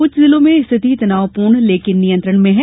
कुछ जिलों में स्थिती तनावूपर्ण लेकिन नियंत्रण में है